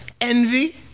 envy